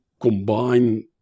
combine